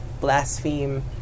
blaspheme